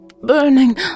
Burning